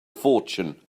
fortune